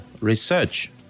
Research